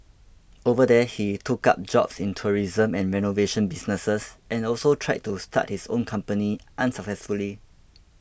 over there he took up jobs in tourism and renovation businesses and also tried to start his own company unsuccessfully